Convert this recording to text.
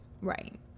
Right